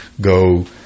go